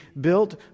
built